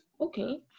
okay